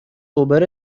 اوبر